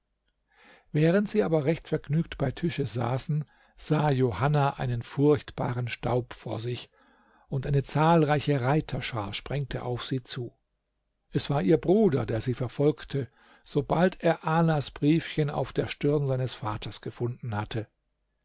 während sie aber recht vergnügt bei tische saßen sah johanna einen furchtbaren staub vor sich und eine zahlreiche reiterschar sprengte auf sie zu es war ihr bruder der sie verfolgte sobald er alas briefchen auf der stirn seines vaters gefunden hatte